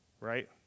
right